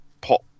pop